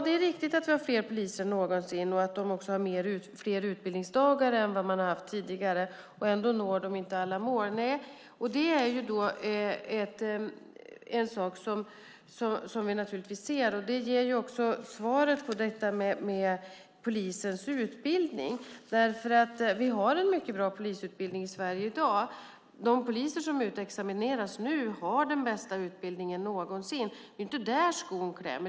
Det är riktigt att vi har fler poliser än någonsin och att de också har fler utbildningsdagar än vad de har haft tidigare. Ändå når de inte alla mål. Det är en sak som vi ser. Det ger också svaret på frågan om polisens utbildning. Vi har en mycket bra polisutbildning i Sverige. De poliser som nu utexamineras har den bästa utbildningen någonsin. Det är inte där skon klämmer.